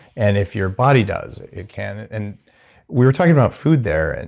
and if your body does, it can. and we were talking about food there, and